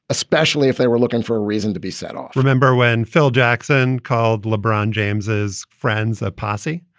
especially if they were looking for a reason to be set off remember when phil jackson called lebron james as friends a posse?